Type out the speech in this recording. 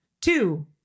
two